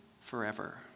forever